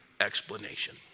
explanation